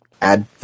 add